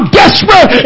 desperate